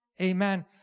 Amen